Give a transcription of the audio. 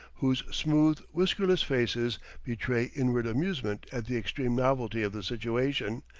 whose smooth, whiskerless faces betray inward amusement at the extreme novelty of the situation,